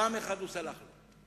פעם אחת הוא סלח לו.